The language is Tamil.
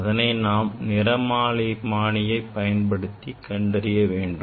அதனை நாம் நிறமாலைமானி பயன்படுத்தி கண்டறிய வேண்டும்